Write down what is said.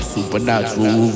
Supernatural